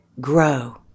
grow